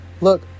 look